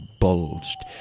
bulged